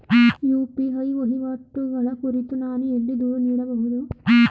UPI ವಹಿವಾಟುಗಳ ಕುರಿತು ನಾನು ಎಲ್ಲಿ ದೂರು ನೀಡಬಹುದು?